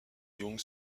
young